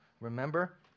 Remember